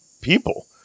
people